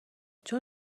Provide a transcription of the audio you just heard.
چون